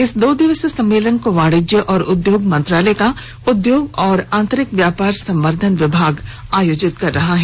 इस दो दिवसीय सम्मेलन को वाणिज्य और उद्योग मंत्रालय का उद्योग और आंतरिक व्यापार संवर्धन विभाग आयोजित कर रहा है